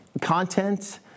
content